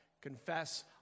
Confess